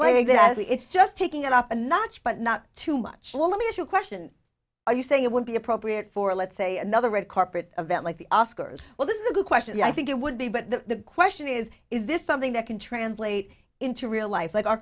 exactly it's just taking it up a notch but not too much well let me if you question are you saying it would be appropriate for let's say another red carpet event like the oscars well this is a good question i think it would be but the question is is this something that can translate into real life like our